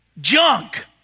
junk